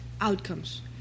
outcomes